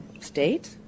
state